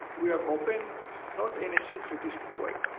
we are open not in a synchronistic way,